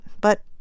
but